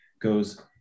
goes